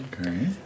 Okay